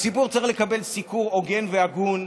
הציבור צריך לקבל סיקור הוגן והגון,